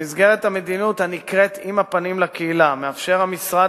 במסגרת המדיניות הנקראת "עם הפנים לקהילה" מאפשר המשרד